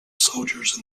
soldiers